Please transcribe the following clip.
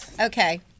Okay